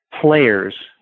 players